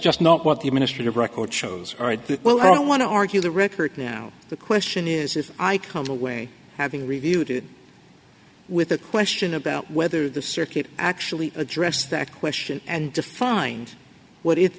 just not what the minister of record shows are well i don't want to argue the record now the question is if i come away having reviewed it with a question about whether the circuit actually addressed that question and defined what it